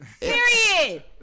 Period